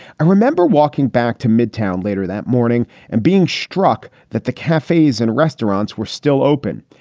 i remember walking back to midtown later that morning and being struck that the cafes and restaurants were still open.